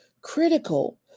critical